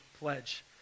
Pledge